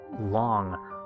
long